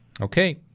Okay